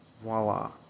voila